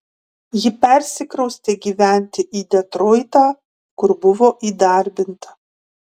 ji persikraustė gyventi į detroitą kur buvo įdarbinta